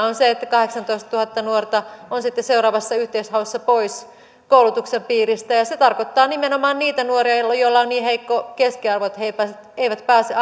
on se että kahdeksantoistatuhatta nuorta on sitten seuraavassa yhteishaussa pois koulutuksen piiristä ja se tarkoittaa nimenomaan niitä nuoria joilla on niin heikko keskiarvo että he eivät eivät pääse